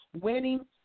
winning